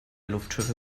luftschiffe